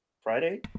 friday